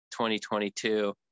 2022